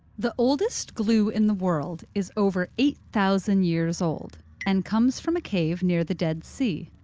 the oldest glue in the world is over eight thousand years old and comes from a cave near the dead sea.